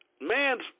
man's